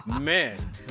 man